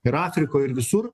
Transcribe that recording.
ir afrikoj ir visur